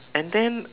and then